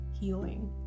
healing